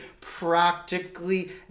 practically